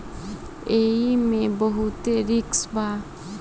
एईमे बहुते रिस्क बा